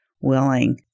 willing